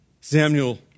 Samuel